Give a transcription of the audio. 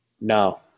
No